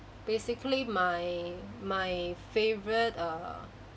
basically my my favourite err